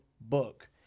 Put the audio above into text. book